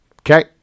Okay